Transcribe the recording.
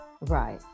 Right